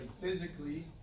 physically